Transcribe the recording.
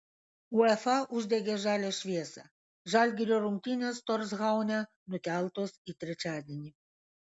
uefa uždegė žalią šviesą žalgirio rungtynės torshaune nukeltos į trečiadienį